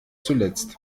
zuletzt